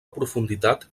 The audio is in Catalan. profunditat